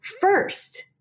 first